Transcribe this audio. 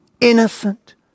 innocent